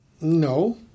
no